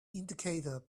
indicator